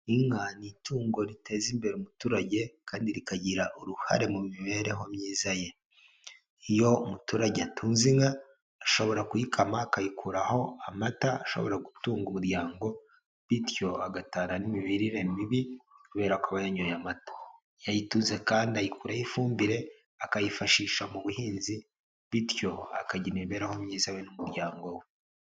Inka ni itungo riteza imbere umuturage, kandi rikagira uruhare mu mibereho myiza ye, iyo umuturage atunze inka ashobora kuyikama akayikuraho amata ashobora gutunga umuryango, bityo agatana n'imirire mibi kubera ko yanyoye amata, iyo ayitunze kandi ayikuraho ifumbire akayifashisha mu buhinzi, bityo akagira imibereho myiza n'umuryango we.